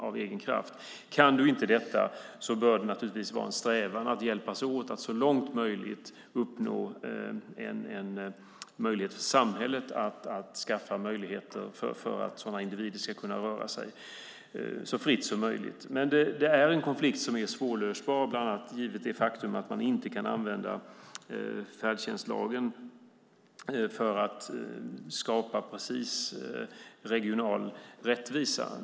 Om detta inte är möjligt bör det naturligtvis vara en strävan för samhället att så långt det är möjligt ordna möjligheter för sådana individer att röra sig så fritt som möjligt. Detta är en konflikt som är svårlöst, bland annat eftersom man inte kan använda färdtjänstlagen för att skapa regional rättvisa.